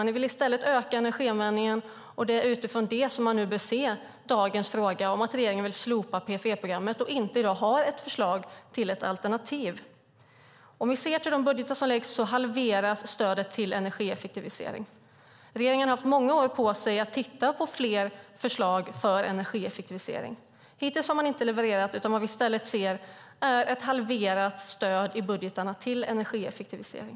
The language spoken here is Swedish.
I stället vill man öka energianvändningen, och det är utifrån det som man nu bör se dagens fråga om att regeringen vill slopa PFE-programmet och i dag inte har något förslag till alternativ. Om vi ser till de budgetar som läggs fram halveras stödet till energieffektivisering. Regeringen har haft många år på sig att titta på fler förslag för energieffektivisering. Hittills har man dock inte levererat, utan vad vi i stället ser är ett halverat stöd i budgetarna till energieffektivisering.